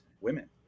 women